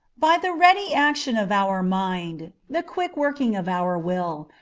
by the ready action of our mind, the quick working of our will,